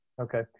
okay